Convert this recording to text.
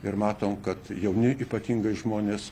ir matom kad jauni ypatingai žmonės